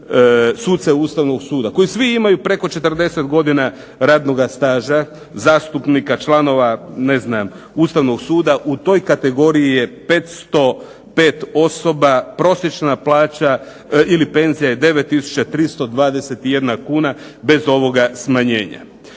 suce Ustavnog suda koji svi imaju preko 40 godina radnoga staža, zastupnika, članova ne znam Ustavnog suda u toj kategoriji je 505 osoba, prosječna plaća ili penzija je 9321 kuna, bez ovoga smanjenja.